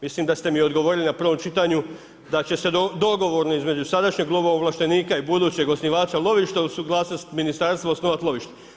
Mislim da ste mi odgovorili na prvom čitanju da će se dogovorno između sadašnjeg lovovlaštenika i budućeg osnivača lovišta usuglasiti ministarstvo osnovati lovište.